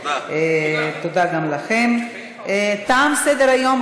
להפתעתנו הגדולה,